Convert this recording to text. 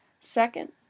Second